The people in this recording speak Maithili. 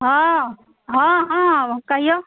हँ हँ हँ कहियौ